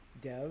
dev